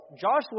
Joshua